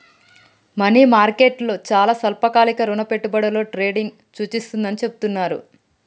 money market చాలా స్వల్పకాలిక రుణ పెట్టుబడులలో ట్రేడింగ్ను సూచిస్తుందని చెబుతున్నరు